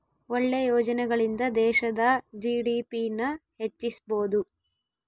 ಒಳ್ಳೆ ಯೋಜನೆಗಳಿಂದ ದೇಶದ ಜಿ.ಡಿ.ಪಿ ನ ಹೆಚ್ಚಿಸ್ಬೋದು